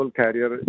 carrier